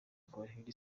gore